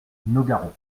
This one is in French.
nogaro